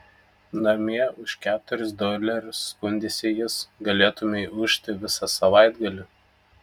namie už keturis dolerius skundėsi jis galėtumei ūžti visą savaitgalį